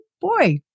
boy